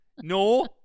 no